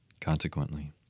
Consequently